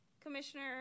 Commissioner